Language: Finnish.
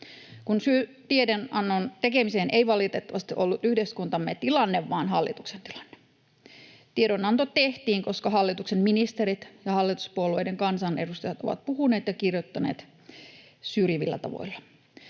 syy tiedonannon tekemiseen ei valitettavasti ollut yhteiskuntamme tilanne vaan hallituksen tilanne. Tiedonanto tehtiin, koska hallituksen ministerit ja hallituspuolueiden kansanedustajat ovat puhuneet ja kirjoittaneet syrjivillä tavoilla.